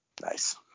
Nice